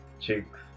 chicks